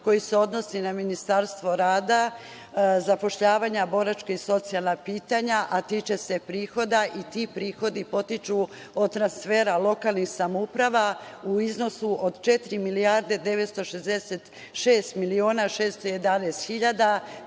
koji se odnosi na Ministarstvo rada, zapošljavanja, boračka i socijalna pitanja, a tiče se prihoda i ti prihodi potiču od transfera lokalnih samouprava u iznosu od četiri milijarde 966 miliona 611 hiljada,